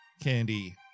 Candy